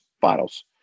finals